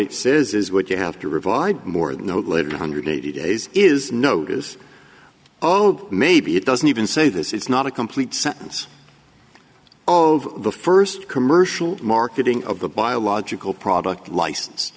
it says is what you have to revive more than note later hundred eighty days is notice oh maybe it doesn't even say this is not a complete sentence of the first commercial marketing of the biological product license